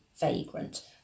vagrant